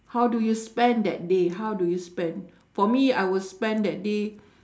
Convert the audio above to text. how do you spend that day how do you spend for me I will spend that day